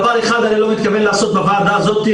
דבר אחד אני לא מתכוון לעשות בוועדה הזאת,